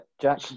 Jack